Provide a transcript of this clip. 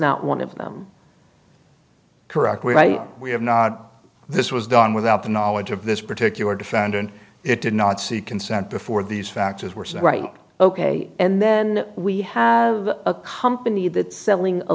not one of them correctly right we have not this was done without the knowledge of this particular defendant it did not see consent before these factors were set right ok and then we have a company that selling a